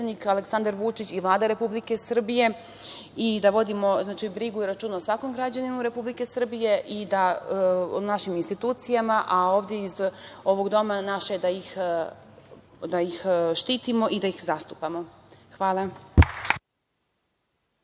Aleksandar Vučić i Vlada Republike Srbije. Znači, vodimo brigu i računa o svakom građaninu Republike Srbije i o našim institucijama, a iz ovog doma naše je da ih štitimo i da ih zastupamo. Hvala.